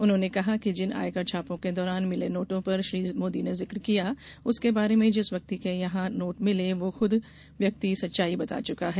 उन्होंने कहा कि जिन आयकर छापों के दौरान मिले नोटों का श्री मोदी ने जिक्र किया उसके बारे में जिस व्यक्ति के यहां नोट मिले वो व्यक्ति खुद ही सच्चाई बता चुका है